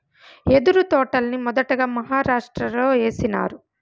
యెదురు తోటల్ని మొదటగా మహారాష్ట్రలో ఏసినారు